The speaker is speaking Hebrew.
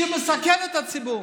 שזה מסכן את הציבור,